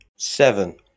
seven